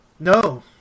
No